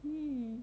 mm